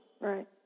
Right